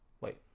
Wait